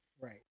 Right